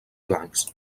blancs